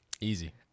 Easy